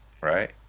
right